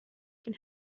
can